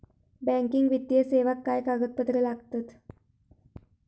Banking वित्तीय सेवाक काय कागदपत्र लागतत?